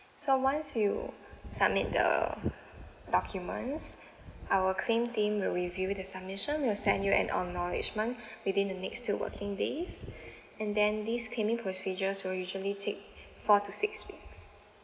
so once you submit the documents our claim team will review the submission we'll send you an acknowledgement within the next two working days and then these claiming procedures will usually take four to six weeks